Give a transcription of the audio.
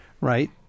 right